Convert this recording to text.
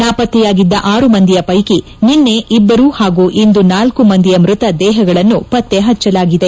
ನಾಪತ್ತೆಯಾಗಿದ್ದ ಆರು ಮಂದಿಯ ಪೈತಿ ನಿನ್ನೆ ಇಬ್ಬರು ಹಾಗೂ ಇಂದು ನಾಲ್ಲು ಮಂದಿಯ ಮೃತ ದೇಹಗಳನ್ನು ಪತ್ತೆ ಹಚ್ಚಲಾಗಿದೆ